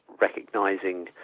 recognising